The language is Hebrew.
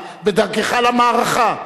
בדרכך למערכה,